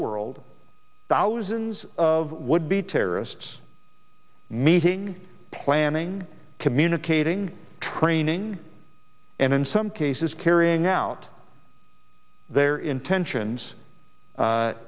world thousands of would be terrorists meeting planning communicating training and in some cases carrying out their intentions